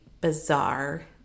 bizarre